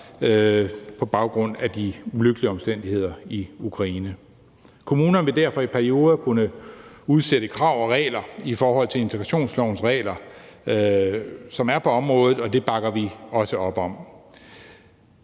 på baggrund af de ulykkelige omstændigheder i Ukraine. Kommunerne vil derfor i perioder kunne udsætte krav og regler i forhold til integrationslovens regler, som er på området, og det bakker vi også op om.